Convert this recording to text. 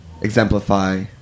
exemplify